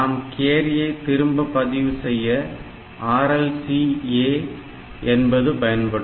நாம் கேரியை திரும்ப பதிவு செய்ய RLCA என்பது பயன்படும்